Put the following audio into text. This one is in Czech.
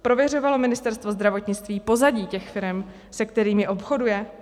Prověřovalo Ministerstvo zdravotnictví pozadí těch firem, se kterými obchoduje?